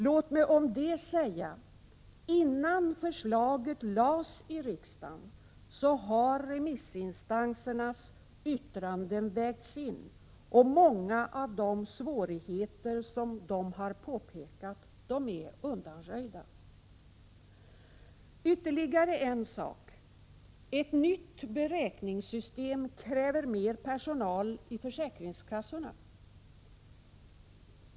Låt mig om detta säga: Innan förslaget överlämnas till riksdagen hade remissinstansernas yttranden vägts in, och många av de svårigheter som påpekats är undanröjda. Ytterligare en sak: Ett nytt beräkningssystem kräver mer personal i försäkringskassorna.